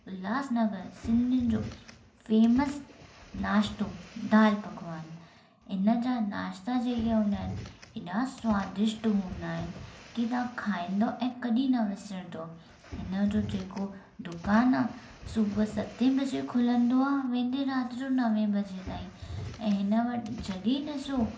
उल्हासनगर सिंधियुनि जो फेमस नाश्तो दालि पकवान हिन जा नाश्ता जेका हूंदा आहिनि एॾा स्वादिष्ट हूंदा आहिनि की तव्हां खाईंदो ऐं कॾहिं न विसरंदो हिन जो जेको दुकानु आहे सुबुहु सते वजे खुलंदो आहे वेंदे राति जो नवे वजे ताईं ऐं हिन वटि जॾहिं ॾिसो